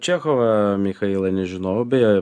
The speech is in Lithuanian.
čechovą michailą nežinojau beje